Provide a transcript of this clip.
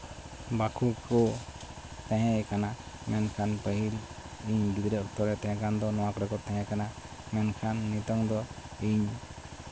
ᱵᱟᱠᱚ ᱠᱚ ᱛᱟᱦᱮᱸ ᱟᱠᱟᱱᱟ ᱢᱮᱱᱠᱷᱟᱱ ᱯᱟᱹᱦᱤᱞ ᱜᱤᱫᱽᱨᱟᱹ ᱚᱠᱛᱚᱨᱮ ᱛᱟᱦᱮᱸ ᱠᱟᱱ ᱫᱚ ᱱᱚᱣᱟ ᱠᱚᱨᱮ ᱠᱚ ᱛᱟᱦᱮᱸ ᱠᱟᱱᱟ ᱢᱮᱱᱠᱷᱟᱱ ᱱᱤᱛᱚᱝ ᱫᱚ ᱤᱧ